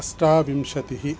अष्टाविंशतिः